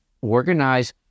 organize